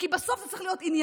כי בסוף זה צריך להיות ענייני.